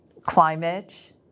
climate